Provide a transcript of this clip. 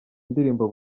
ndirimbo